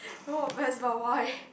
no of us not why